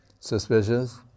Suspicious